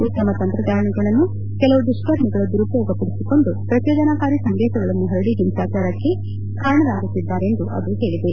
ಉತ್ತಮ ತಂತ್ರಜ್ವಾನಗಳನ್ನು ಕೆಲವು ದುಷ್ತರ್ಮಿಗಳು ದುರುಪಯೋಗಪಡಿಸಿಕೊಂಡು ಪ್ರಚೋದನಕಾರಿ ಸಂದೇಶಗಳನ್ನು ಹರಡಿ ಕಾರಣರಾಗುತ್ತಿದ್ದಾರೆ ಎಂದು ಹೇಳಿದೆ